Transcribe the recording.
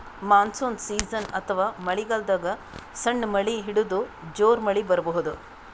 monsoon season ಅಥವಾ ಮಳಿಗಾಲದಾಗ್ ಸಣ್ಣ್ ಮಳಿ ಹಿಡದು ಜೋರ್ ಮಳಿ ಬರಬಹುದ್